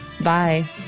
Bye